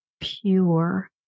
pure